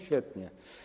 Świetnie.